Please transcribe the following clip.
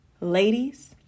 Ladies